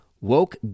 Woke